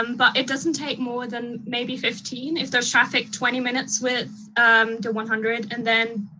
um but it doesn't take more than maybe fifteen, if there's traffic, twenty minutes with the one hundred, and then